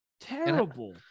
Terrible